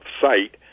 site